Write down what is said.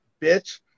bitch